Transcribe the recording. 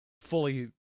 fully